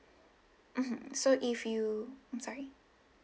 mmhmm so if you mm sorry